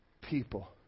People